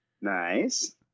Nice